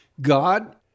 God